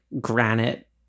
granite